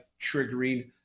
triggering